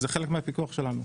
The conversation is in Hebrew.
אז זה חלק מהפיקוח שלנו.